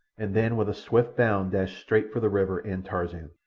and then with a swift bound dashed straight for the river and tarzan.